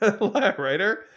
writer